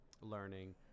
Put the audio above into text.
learning